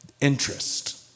interest